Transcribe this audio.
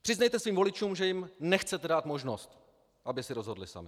Přiznejte svým voličům, že jim nechcete dát možnost, aby si rozhodli sami.